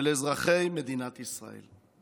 של אזרחי מדינת ישראל.